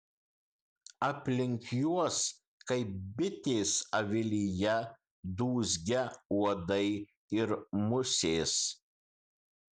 aplink juos kaip bitės avilyje dūzgia uodai ir musės